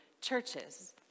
churches